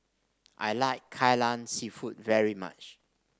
I like Kai Lan seafood very much